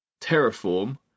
Terraform